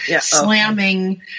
slamming